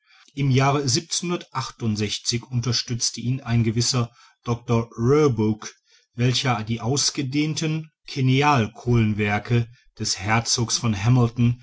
im jahre unterstützte ihn ein gewisser dr roebuk welcher die ausgedehnten kennealkohlenwerke des herzogs von hamilton